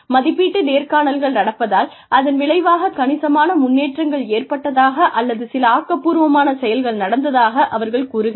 மதிப்பீட்டு நேர்காணல்கள் நடப்பதால் அதன் விளைவாக கணிசமான முன்னேற்றங்கள் ஏற்பட்டதாக அல்லது சில ஆக்கபூர்வமான செயல்கள் நடந்ததாக அவர்கள் கூறுகின்றனர்